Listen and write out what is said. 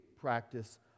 practice